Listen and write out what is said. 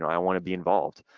i wanna be involved